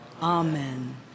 amen